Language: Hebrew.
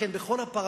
לכן, בכל הפרמטרים,